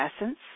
essence